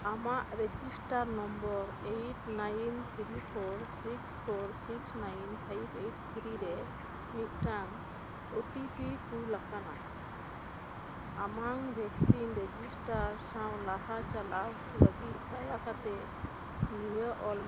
ᱟᱢᱟᱜ register number eight nine three four six four six nine five eight three ᱨᱮ ᱢᱤᱜᱴᱟᱝ OTP ᱠᱩᱞ ᱟᱠᱟᱱᱟ ᱟᱢᱟᱝ ᱵᱷᱮᱠᱥᱤᱱ ᱨᱮᱡᱤᱥᱴᱟᱨ ᱥᱟᱶ ᱞᱟᱦᱟ ᱪᱟᱞᱟᱣ ᱞᱟᱹᱜᱤᱜ ᱫᱟᱭᱟ ᱠᱟᱛᱮᱫ ᱱᱤᱭᱟᱹ ᱚᱞ ᱢᱮ